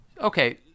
Okay